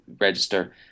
register –